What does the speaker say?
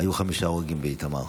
היו חמישה הרוגים באיתמר.